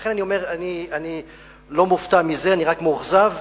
לכן אני לא מופתע מזה, אני רק מאוכזב.